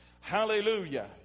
Hallelujah